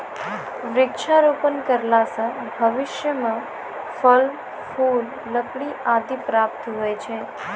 वृक्षारोपण करला से भविष्य मे फल, फूल, लकड़ी आदि प्राप्त हुवै छै